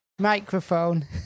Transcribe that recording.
Microphone